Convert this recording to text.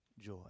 joy